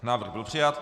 Návrh byl přijat.